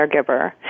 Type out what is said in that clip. caregiver